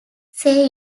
say